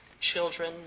children